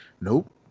nope